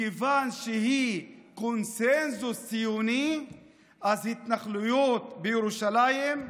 מכיוון שהיא קונסנזוס ציוני אז התנחלויות בירושלים,